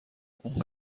اون